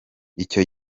icyo